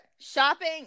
shopping